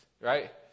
right